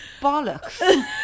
bollocks